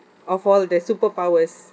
of all the superpowers